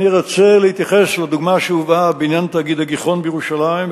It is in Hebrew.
אני רוצה להתייחס לדוגמה שהובאה בעניין תאגיד "הגיחון" בירושלים.